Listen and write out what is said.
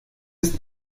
ist